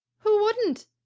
who wouldn't?